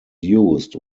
used